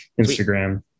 Instagram